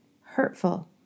hurtful